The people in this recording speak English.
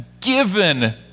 given